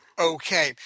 Okay